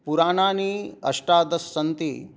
पुराणानि अष्टादश सन्ति